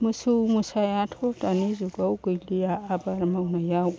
मोसौ मोसायाथ' दानि जुगाव गैलिया आबाद मावनायाव